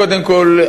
קודם כול,